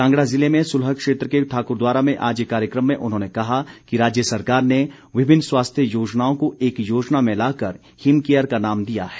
कांगड़ा जिले में सुलह क्षेत्र के ठाक्रद्वारा में आज एक कार्यक्रम में उन्होंने कहा कि राज्य सरकार ने विभिन्न स्वास्थ्य योजनाओं को एक योजना में लाकर हिम केयर का नाम दिया है